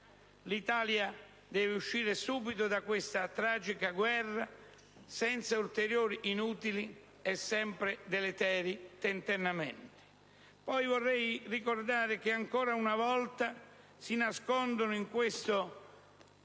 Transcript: L'Italia deve uscire subito da questa tragica guerra, senza ulteriori, inutili e sempre deleteri tentennamenti. Vorrei ricordare che, ancora una volta, si nascondono in questo